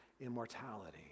immortality